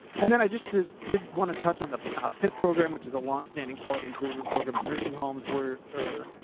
and then i just as didn't want to touch on the topic ah program which is a longstanding quality improvement program and nursing homes were are.